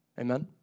Amen